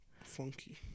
Funky